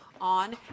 on